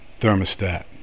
thermostat